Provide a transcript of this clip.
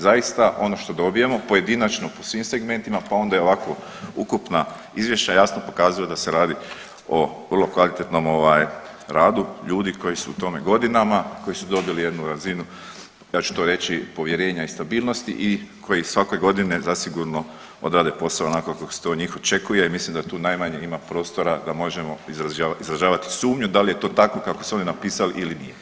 Zaista ono što dobijemo pojedinačno po svim segmentima pa onda i ovako ukupna izvješća jasno pokazuju da se radi o vrlo kvalitetnom ovaj radu ljudi koji su u tome godinama, koji su dobili jednu razinu ja ću to reći povjerenja i stabilnosti i koji svake godine zasigurno odrade posao onako kako se to od njih očekuje i mislim da tu najmanje ima prostora da možemo izražavati sumnju da li je to tako kako su oni napisali ili nije.